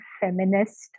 feminist